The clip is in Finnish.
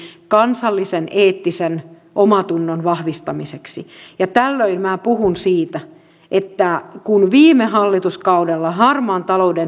tämä outo tunne menee kuitenkin varmasti nopeasti ohi viimeistään siinä tilanteessa kun on kova kiire etsimään virheitä muista poliitikoista